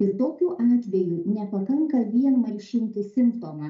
ir tokiu atveju nepakanka vien malšinti simptomą